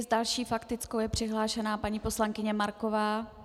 S další faktickou je přihlášena paní poslankyně Marková.